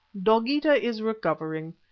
dogeetah is recovering.